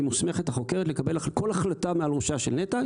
החוקרת מוסמכת לקבל כל החלטה מעל ראשה של נת"ע.